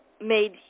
made